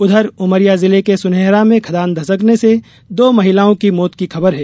उधर उमरिया जिले की सुनेहरा में खदान धंसकने से दो महिलाओं की मौत की खबर है